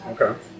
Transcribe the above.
okay